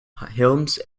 helms